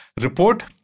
report